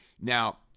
Now